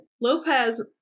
Lopez